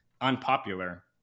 unpopular